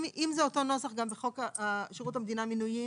אם זה אותו הנוסח גם בחוק שירות המדינה (מינויים)